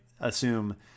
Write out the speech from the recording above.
assume